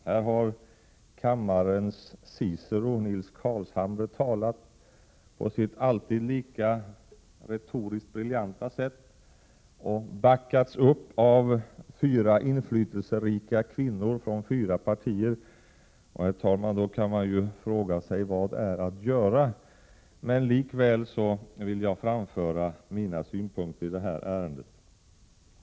Här har kammarens Cicero, Nils Carlshamre, talat på sitt alltid retoriskt lika briljanta sätt och backats upp av fyra inflytelserika kvinnor från fyra partier. Och, herr talman, då kan man ju fråga sig: Vad är att göra? Men likväl vill jag framföra mina synpunkter i — Prot. 1987/88:138 det här ärendet.